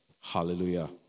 Hallelujah